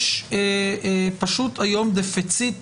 יש היום דפיציט